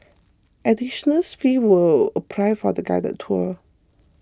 additional fees will apply for the guided tour